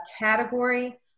category